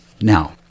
Now